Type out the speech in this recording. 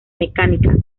mecánicas